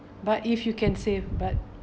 but if you can save but